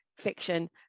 fiction